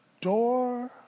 door